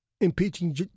impeaching